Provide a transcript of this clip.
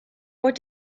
what